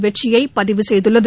வெற்றியை பதிவு செய்துள்ளது